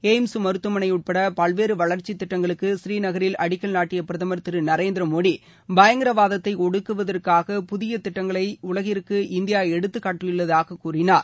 AIIMS மருத்துவமனை உட்பட பல்வேறு வளர்ச்சித் திட்டங்களுக்கு பூநீநகரில் அடிக்கல் நாட்டிய பிரதுர் திரு நரேந்திர மோடி பயங்கரவாதத்தை ஒடுக்குவதற்காக புதிய திட்டங்களை உலகிற்கு இந்தியா எடுத்துக்காட்டியுள்ளதாக கூறினார்